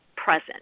present